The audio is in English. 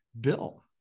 Bill